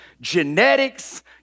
genetics